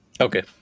Okay